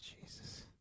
Jesus